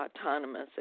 autonomous